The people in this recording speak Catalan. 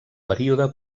període